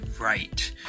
right